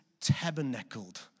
tabernacled